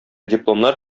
дипломнар